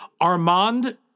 Armand